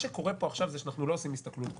שקורה פה עכשיו שאנחנו לא עושים הסתכלות כוללת.